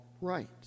right